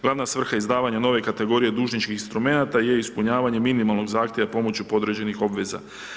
Glavna svrha izdavanja nove kategorije dužničkih instrumenata je ispunjavanje minimalnog zahtjeva pomoću podređenih obveza.